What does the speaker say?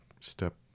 step